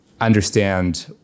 understand